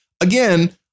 Again